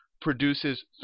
produces